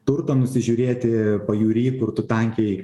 turtą nusižiūrėti pajūry kur tu tankiai